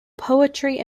poetry